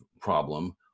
problem